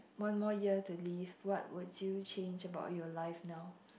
one more year to live what would you change about your life now